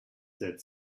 that